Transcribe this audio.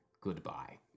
Goodbye